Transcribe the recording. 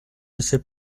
laisser